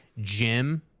Jim